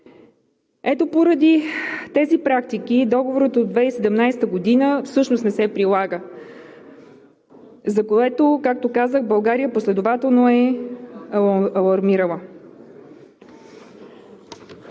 Ето поради тези практики Договорът от 2017 г. всъщност не се прилага, за което, както казах, България последователно е алармирала.